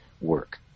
work